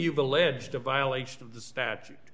you've alleged a violation of the stat